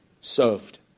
served